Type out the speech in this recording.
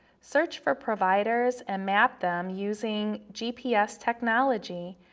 search for providers and map them using gps technology,